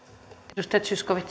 arvoisa